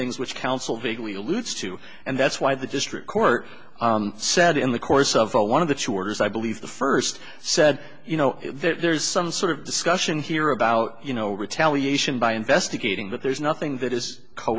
things which counsel vaguely alludes to and that's why the district court said in the course of one of the two orders i believe the first said you know there's some sort of discussion here about you know retaliation by investigating but there's nothing that is